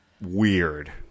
weird